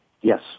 Yes